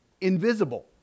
invisible